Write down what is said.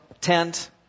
tent